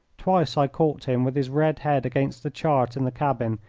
twice i caught him with his red head against the chart in the cabin,